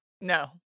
No